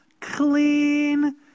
clean